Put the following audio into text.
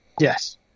Yes